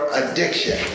addiction